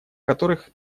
которых